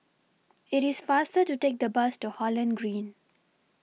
IT IS faster to Take The Bus to Holland Green